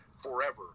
forever